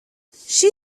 she